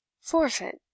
Forfeit